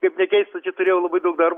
kaip nekeista čia turėjau labai daug darbo